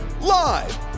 Live